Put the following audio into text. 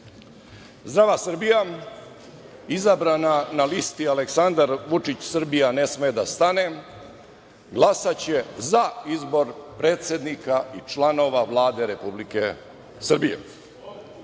Zdrava Srbija, izabrana na listi Aleksandar Vučić – Srbija ne sme da stane, glasaće za izbor predsednika i članova Vlade Republike Srbije. Ako